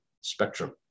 spectrum